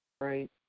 right